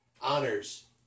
Honors